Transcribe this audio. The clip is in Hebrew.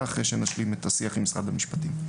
אחרי שנשלים את השיח עם משרד המשפטים.